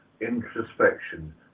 introspection